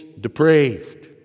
depraved